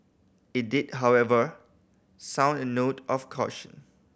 it did however sound a note of caution